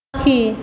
পাখি